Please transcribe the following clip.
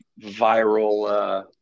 viral –